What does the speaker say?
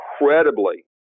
incredibly